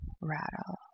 rattle